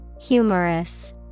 Humorous